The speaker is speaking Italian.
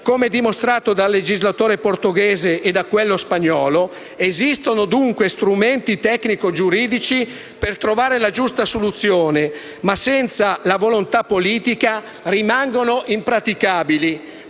Come dimostrato dal legislatore portoghese nel 2007 e da quello spagnolo nel 2013 esistono dunque strumenti tecnico-giuridici per trovare la giusta soluzione, ma senza la volontà politica rimangono impraticabili,